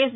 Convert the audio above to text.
yes